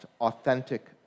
authentic